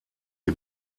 die